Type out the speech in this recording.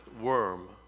worm